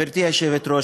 גברתי היושבת-ראש,